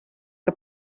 que